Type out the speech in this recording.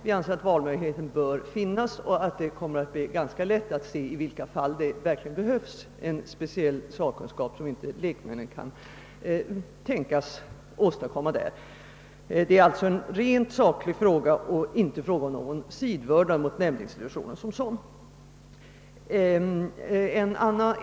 Vi anser att valmöjlighet bör finnas och att det kommer att bli ganska lätt att se, i vilka fall det verkligen behövs en speciell sakkunskap som inte lekmännen kan tänkas åstadkomma. Det är alltså en rent saklig fråga och alls inte fråga om någon sidvördnad mot nämndinstitutionen som sådan.